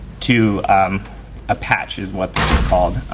to a patch is what their called